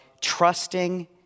trusting